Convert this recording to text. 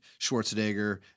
Schwarzenegger